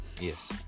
yes